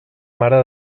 mare